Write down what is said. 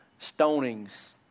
stonings